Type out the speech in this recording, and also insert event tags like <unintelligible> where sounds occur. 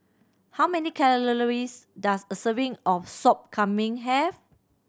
how many <unintelligible> does a serving of Sop Kambing have